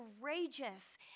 courageous